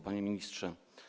Panie Ministrze!